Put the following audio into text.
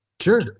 Sure